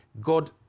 God